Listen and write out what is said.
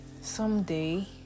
someday